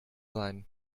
sein